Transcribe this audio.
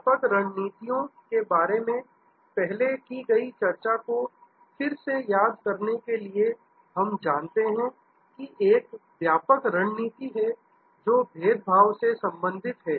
व्यापक रणनीतियों के बारे में पहले की गई चर्चा को फिर से याद करने के लिए हम जानते हैं कि एक व्यापक रणनीति है जो भेदभाव से संबंधित है